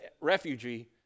refugee